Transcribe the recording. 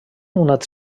una